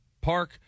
Park